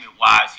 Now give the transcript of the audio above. wise